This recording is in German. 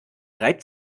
reibt